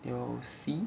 有 C